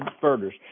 converters